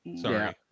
Sorry